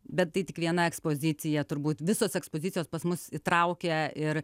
bet tai tik viena ekspozicija turbūt visos ekspedicijos pas mus įtraukia ir